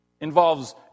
involves